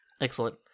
Excellent